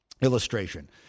illustration